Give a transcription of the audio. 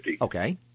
Okay